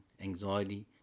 anxiety